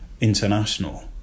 international